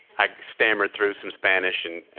i stammered through some spanish and